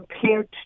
compared